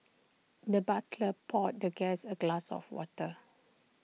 the butler poured the guest A glass of water